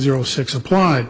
zero six appl